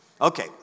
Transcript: Okay